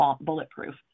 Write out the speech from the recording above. bulletproof